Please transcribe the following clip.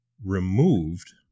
removed